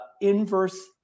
inverse